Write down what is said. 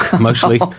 mostly